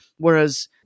Whereas